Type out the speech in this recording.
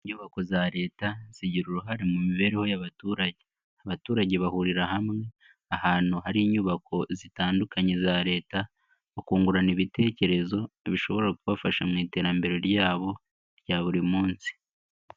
Inyubako za Leta, zigira uruhare mu mibereho y'abaturage, abaturage bahurira hamwe ahantu hari inyubako zitandukanye za Leta, bakungurana ibitekerezo bishobora kubafasha mu iterambere ryabo rya buri munsi.